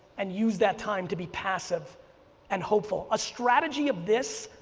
and use that time to be passive and hopeful, a strategy of this